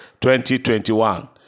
2021